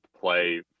play